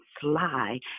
sly